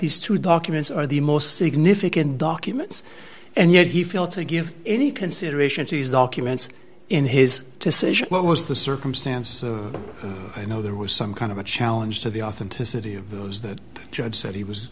these two documents are the most significant documents and yet he feel to give any consideration to these documents in his decision what was the circumstance you know there was some kind of a challenge to the authenticity of those that the judge said he was